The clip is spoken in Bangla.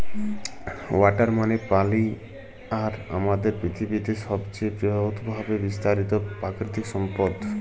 ওয়াটার মালে পালি আর আমাদের পিথিবীতে ছবচাঁয়ে বহুতভাবে বিস্তারিত পাকিতিক সম্পদ